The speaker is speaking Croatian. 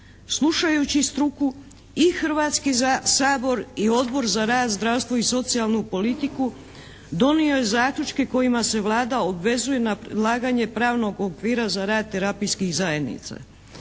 Slušajući struku i Hrvatski sabor i Odbor za rad, zdravstvo i socijalnu politiku donio je zaključke kojima se Vlada obvezuje na predlaganje pravnog okvira za rad terapijskih zajednica.